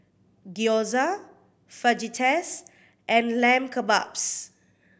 Gyoza Fajitas and Lamb Kebabs